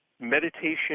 meditation